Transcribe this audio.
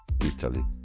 Italy